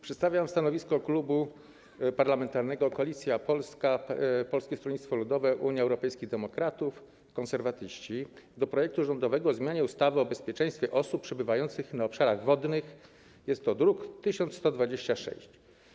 Przedstawiam stanowisko Klubu Parlamentarnego Koalicja Polska - Polskie Stronnictwo Ludowe, Unia Europejskich Demokratów, Konserwatyści wobec rządowego projektu ustawy o zmianie ustawy o bezpieczeństwie osób przebywających na obszarach wodnych, druk nr 1126.